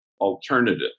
Alternative